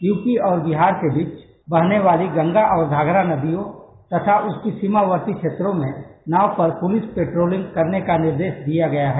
UP और बिहार के बीच बहने वाली गंगा और घाघरा नदियों तथा उसके सीमावर्ती क्षेत्रों में नाव पर पुलिस पेट्रोलिंग करने का निर्देश दिया गया है